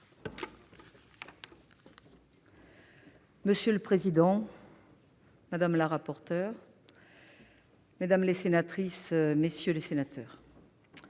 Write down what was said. Monsieur le président, madame la rapporteure, mesdames les sénatrices, messieurs les sénateurs,